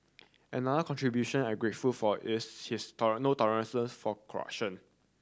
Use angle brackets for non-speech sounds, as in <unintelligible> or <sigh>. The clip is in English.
another contribution I'm grateful for is his <unintelligible> no tolerances for corruption